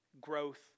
growth